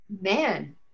Man